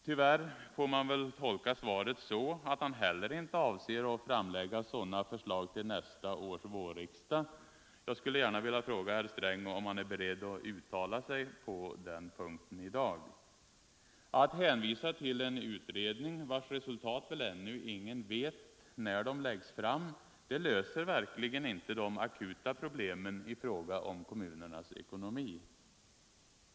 Tyvärr får man väl tolka svaret så, att han heller inte avser att framlägga sådana förslag till nästa års vårriksdag. Jag skulle gärna vilja fråga herr Sträng om han är beredd att uttala sig på den punkten i dag. Att hänvisa till en utredning, vars resultat väl ännu ingen vet när de läggs fram, löser verkligen inte de akuta problemen i fråga om kommunernas ekonomi.